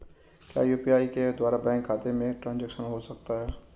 क्या यू.पी.आई के द्वारा बैंक खाते में ट्रैन्ज़ैक्शन हो सकता है?